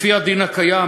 לפי הדין הקיים,